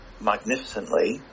magnificently